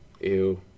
Ew